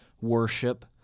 worship